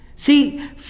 See